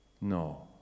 No